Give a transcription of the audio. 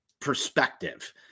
perspective